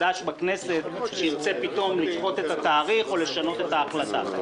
חדש בכנסת שירצה פתאום לדחות את התאריך או לשנות את ההחלטה.